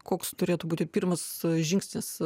koks turėtų būti pirmas žingsnis